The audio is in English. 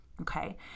Okay